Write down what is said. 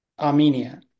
Armenia